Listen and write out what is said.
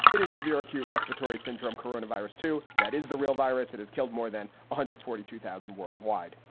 it is severe acute respiratory syndrome coronavirus, too. that is the real virus that has killed more than one ah hundred forty two thousand worldwide.